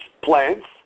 plants